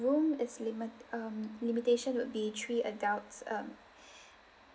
room is limit um limitation would be three adults um